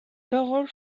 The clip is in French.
paroles